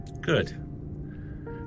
Good